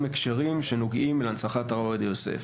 הקשרים שנוגעים להנצחת הרב עובדיה יוסף.